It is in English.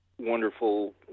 wonderful